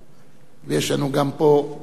יש לנו גם פה עוד שתי שאילתות,